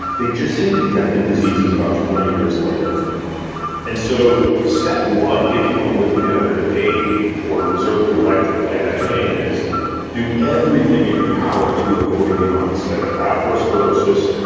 they just seem to get the diseases about twenty years later and so step one, if you wanna live to be one hundred and eighty or reserve the right to play that game is do everything in your power to avoid the onset of atherosclerosis,